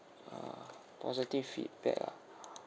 uh positive feedback ah